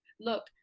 look